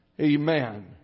Amen